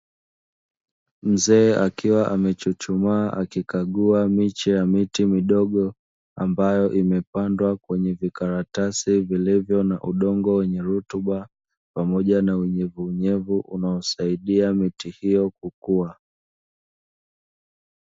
Mzee akiwa amechuchumaa akikagua miche ya miti midogo ambayo imepandwa kwenye vikaratasi iliyo kwenye udongo ulio na rutuba, pamoja na unyevunyevu unaosaidia miti hiyo kukua.